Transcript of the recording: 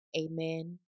Amen